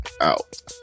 out